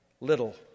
Little